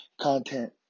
content